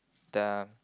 the